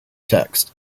context